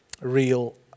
real